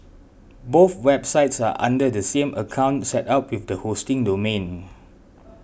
both websites are under the same account set up with the hosting domain